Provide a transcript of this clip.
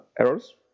errors